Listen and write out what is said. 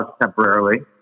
temporarily